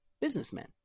businessmen